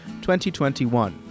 2021